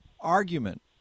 argument